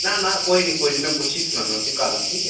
नां नां कोई निं कोई निं में पुच्छियै तुसें ई सनान्ना कल्ल ठीक ऐ